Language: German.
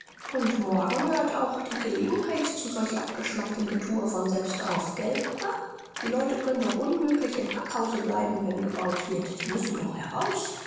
und morgen hört auch die gelegenheit zu solch abgeschmacktem gethue von selbst auf gelt papa die leute können doch unmöglich im packhause bleiben wenn gebaut wird die müssen doch heraus